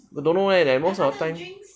don't know leh but most of time